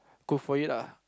go for it ah